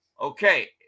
Okay